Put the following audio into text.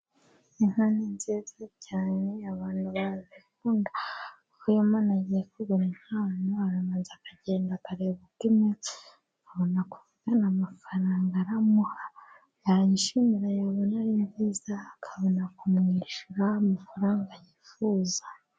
Inka ni nziza cyane abantu barazikunda, kuko iyo umuntu agiye kugura inkwano, arabanza akagenda akareba uko imeze, akabona kumubwira amafaranga ari bumuhe, yayishimira yabona ari nziza, akabona kumwishyura amafaranga yifuza.